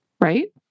right